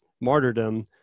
martyrdom